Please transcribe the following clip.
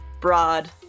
broad